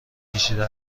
کشیده